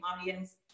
audience